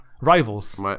Rivals